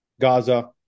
Gaza